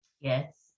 Yes